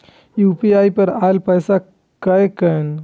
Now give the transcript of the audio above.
UPI पर आएल पैसा कै कैन?